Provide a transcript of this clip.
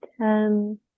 ten